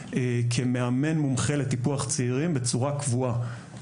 כמאמן מומחה טיפוח צעירים בצורה קבועה,